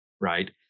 Right